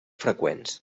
freqüents